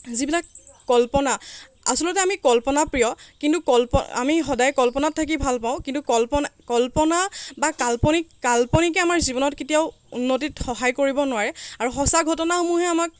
যিবিলাক কল্পনা আচলতে আমি কল্পনাপ্ৰিয় কিন্তু কল্পনা আমি সদায় কল্পনাত থাকি ভাল পাওঁ কিন্তু কল্পনা কল্পনা বা কাল্পনিক কাল্পনিকে আমাৰ জীৱনত কেতিয়াও উন্নতিত সহায় কৰিব নোৱাৰে আৰু সঁচা ঘটনাসমূহে আমাক